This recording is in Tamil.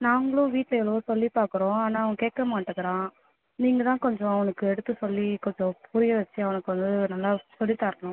நாங்களும் வீட்டில் எவ்வளோவோ சொல்லி பார்க்குறோம் ஆனால் அவன் கேட்க மாட்டேங்கிறான் நீங்கள் தான் கொஞ்சம் அவனுக்கு எடுத்து சொல்லி கொஞ்சம் புரிய வைச்சு அவனுக்கு வந்து நல்லா சொல்லித்தரணும்